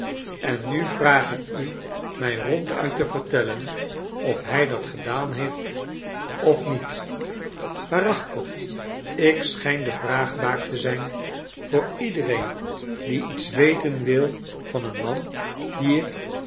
en nu vraag ik u mij ronduit te vertellen of hij dat gedaan heeft of niet waarachtig ik schijn de vraagbaak te zijn voor iedereen die iets weten wil van een man dien ik